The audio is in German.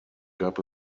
gab